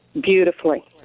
Beautifully